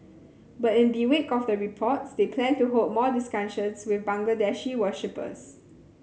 but in the wake of the reports they plan to hold more discussions with Bangladeshi worshippers